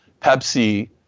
pepsi